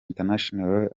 international